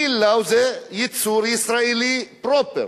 טיל "לאו" זה ייצור ישראלי פרופר,